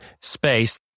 space